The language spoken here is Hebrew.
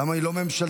למה היא לא ממשלתית?